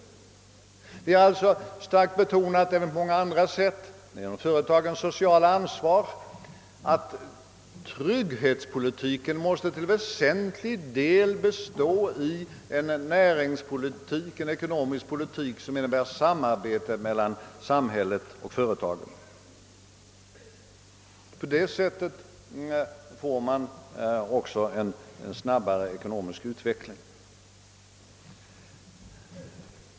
Vi har även på många andra sätt starkt betonat — det gäller företagens sociala ansvar — att trygghetspolitiken till väsentlig del måste bestå i en näringspolitik, en ekonomisk politik som innebär samarbete mellan samhället och företagen. På det sättet får man också en snabbare ekonomisk utveckling.